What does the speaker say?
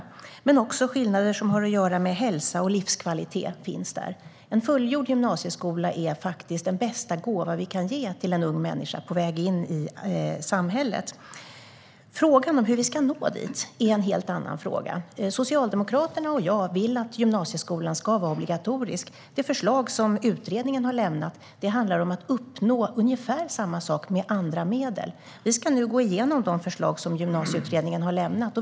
Men det finns också skillnader som har att göra med hälsa och livskvalitet. En fullgjord gymnasieutbildning är faktiskt den bästa gåva vi kan ge till en ung människa på väg in i samhället. Frågan om hur vi ska nå dit är en helt annan fråga. Socialdemokraterna och jag vill att gymnasieskolan ska vara obligatorisk. Det förslag som utredningen har lämnat handlar om att uppnå ungefär samma sak med andra medel. Vi ska nu gå igenom de förslag som Gymnasieutredningen har lämnat.